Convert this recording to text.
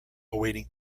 awaiting